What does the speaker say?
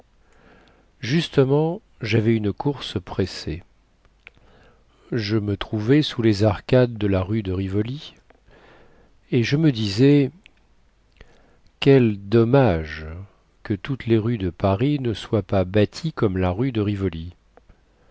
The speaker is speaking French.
justement javais une course pressée je me trouvais sous les arcades de la rue de rivoli et je me disais quel dommage que toutes les rues de paris ne soient pas bâties comme la rue de rivoli